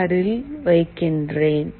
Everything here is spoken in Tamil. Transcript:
ஆரில் வைக்கிறேன்